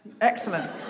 excellent